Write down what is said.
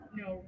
no